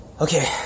Okay